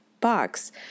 box